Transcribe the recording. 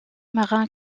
marin